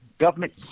Government